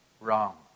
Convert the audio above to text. wrong